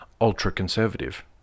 ultra-conservative